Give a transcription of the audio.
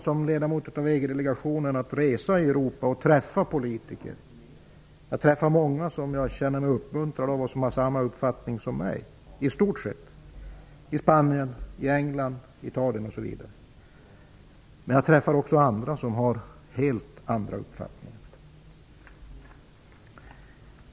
Som ledamot av EG-delegationen har jag förmånen att få resa och träffa politiker i Europa. Jag har träffat många i Spanien, England, Italien osv. som jag känner mig uppmuntrad av, vilka i stort sett har samma uppfattning som jag. Men jag träffar också andra som har helt andra uppfattningar.